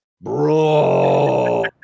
bro